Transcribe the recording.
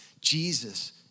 Jesus